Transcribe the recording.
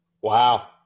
Wow